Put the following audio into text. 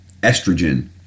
estrogen